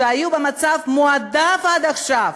שהיו במצב מועדף עד עכשיו,